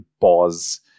pause